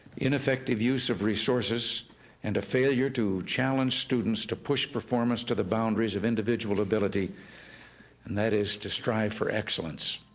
ineffective use of resources and a failure to challenge students to push performance to the boundaries of individual ability and that is to strive for excellence.